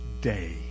day